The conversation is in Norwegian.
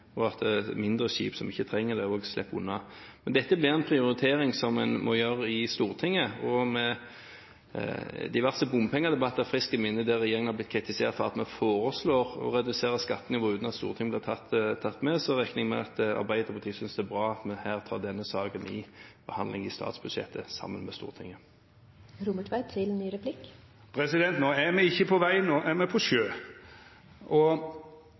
og at mindre skip som ikke trenger det, slipper unna. Dette blir en prioritering som en må gjøre i Stortinget. Med diverse bompengedebatter friskt i minne, der regjeringen blir kritisert for at vi foreslår å redusere skattenivået uten at Stortinget blir tatt med, regner jeg med at Arbeiderpartiet synes det er bra at vi tar opp denne saken i forbindelse med behandlingen av statsbudsjettet, sammen med Stortinget. No er me ikkje på veg, no er me på sjø. Når det gjeld Arbeidarpartiet og